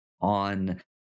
on